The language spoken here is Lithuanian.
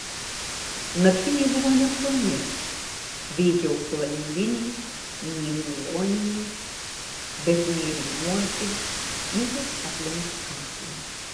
naktiniai buvo neploni veikiau flaneliniai nei nailoniniai bet nėriniuoti ypač aplink kaklą